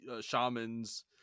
shamans